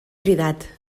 cridat